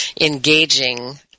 engaging